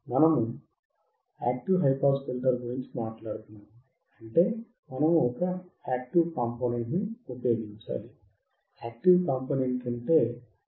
మనము active high pass filter గురించి మాట్లాడుతున్నాము అంటే మనము ఒక యాక్టివ్ కంపోనెంట్ ని ఉపయోగించాలి యాక్టివ్ కాంపోనెంట్ అంటే అది ఆప్ యాంపే కదా